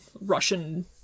Russian